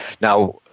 Now